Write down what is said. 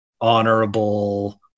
honorable